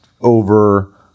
over